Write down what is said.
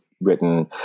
written